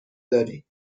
داری